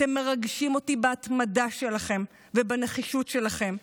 אתם מרגשים אותי בהתמדה שלכם ובנחישות שלכם.